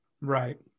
Right